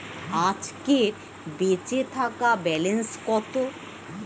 আজকের বেচে থাকা ব্যালেন্স কত?